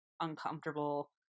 uncomfortable